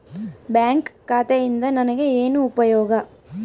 Bank ಖಾತೆಯಿಂದ ನನಗೆ ಏನು ಉಪಯೋಗ?